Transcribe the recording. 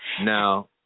Now